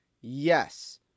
Yes